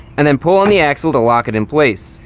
and then pull on the axle to lock it in place.